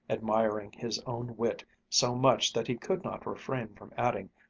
admiring his own wit so much that he could not refrain from adding,